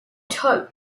top